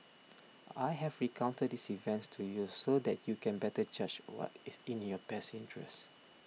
I have recounted these events to you so that you can better judge what is in your best interests